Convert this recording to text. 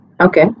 okay